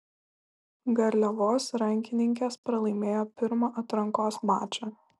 garliavos rankininkės pralaimėjo pirmą atrankos mačą